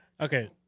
Okay